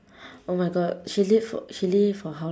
oh my god she leave f~ she leave it for how